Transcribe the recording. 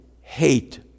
hate